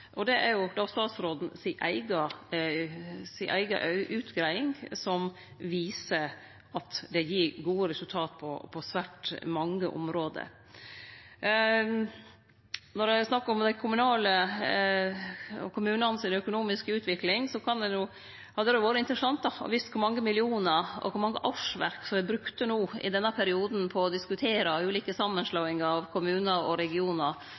på svært mange område. Når det er snakk om den økonomiske utviklinga til kommunane, hadde det vore interessant å vite kor mange millionar og kor mange årsverk som er brukte no i denne perioden på å diskutere ulike samanslåingar av kommunar og regionar.